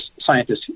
scientists